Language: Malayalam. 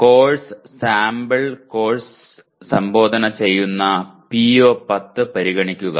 കോഴ്സ് സാമ്പിൾ കോഴ്സ് അഭിസംബോധന ചെയ്യുന്ന PO10 പരിഗണിക്കുക